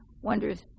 wonders